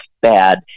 bad